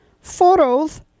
photos